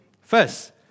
First